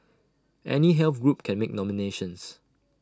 any health group can make nominations